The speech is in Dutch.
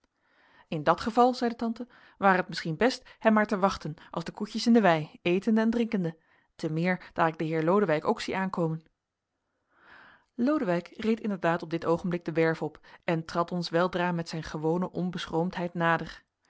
in dat geval zeide tante ware het misschien best hem maar te wachten als de koetjes in de wei etende en drinkende te meer daar ik den heer lodewijk ook zie aankomen lodewijk reed inderdaad op dit oogenblik de werf op en trad ons weldra met zijn gewone onbeschroomdheid nader